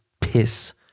piss